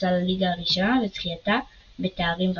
הקבוצה לליגה הראשונה וזכייתה בתארים רבים.